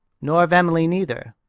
nor of emily neither.